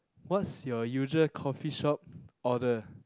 what's your usual coffeeshop order